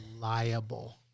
liable